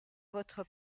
votre